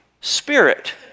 spirit